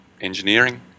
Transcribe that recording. engineering